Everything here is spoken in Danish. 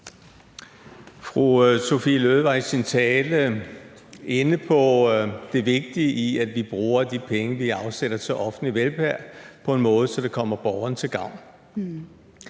Fru Sophie Løhde var i sin tale inde på det vigtige i, at vi bruger de penge, vi afsætter til offentlig velfærd, på en måde, så det kommer borgerne til gavn.